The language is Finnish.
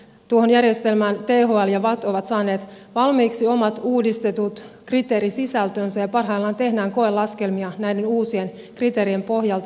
tuohon järjestelmään thl ja vatt ovat saaneet valmiiksi omat uudistetut kriteerisisältönsä ja parhaillaan tehdään koelaskelmia näiden uusien kriteerien pohjalta